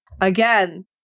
again